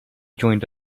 joined